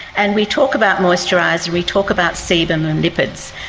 and we talk about moisturiser, we talk about sebum and lipids,